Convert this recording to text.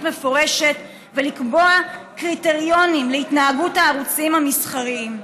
מפורשת ולקבוע קריטריונים להתנהגות הערוצים המסחריים.